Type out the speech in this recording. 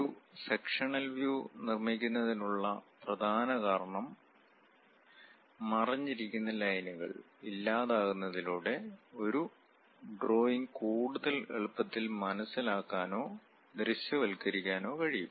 ഒരു sectional view നിർമിക്കുന്നതിനുള്ള പ്രധാന കാരണം മറഞ്ഞിരിക്കുന്ന ലൈനുകൾ ഇല്ലാതാക്കുന്നതിലൂടെ ഒരു ഡ്രോയിംഗ് കൂടുതൽ എളുപ്പത്തിൽ മനസ്സിലാക്കാനോ ദൃശ്യവൽക്കരിക്കാനോ കഴിയും